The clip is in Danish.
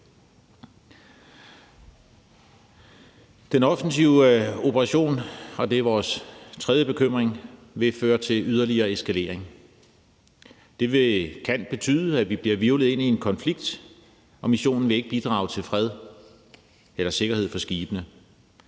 Den offensive operation – det er vores tredje grund og bekymring – vil føre til yderligere eskalering. Det kan betyde, at vi bliver hvirvlet ind i en konflikt, og at missionen ikke vil bidrage til fred eller sikkerhed for skibene.